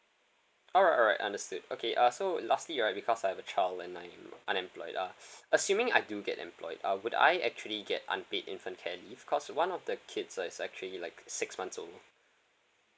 alright alright understood okay uh so lastly right because I have a child and I'm unemployed uh assuming I do get employed uh would I actually get unpaid infant care leave cause one of the kids uh is actually like six months old